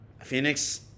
Phoenix